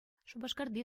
шупашкарти